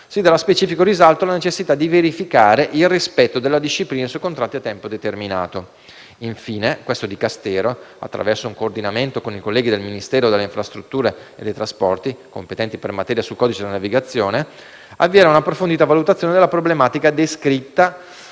si darà specifico risalto alla necessità di verificare il rispetto della disciplina sui contratti a tempo determinato. Infine, questo Dicastero - attraverso un coordinamento con i colleghi del Ministero delle infrastrutture e dei trasporti, competenti per materia sul codice della navigazione - avvierà un'approfondita valutazione della problematica descritta